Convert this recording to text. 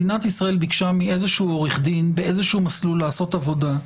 מדינת ישראל ביקשה מאיזשהו עורך דין באיזשהו מסלול לעשות עבודה,